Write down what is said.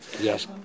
Yes